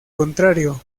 contrario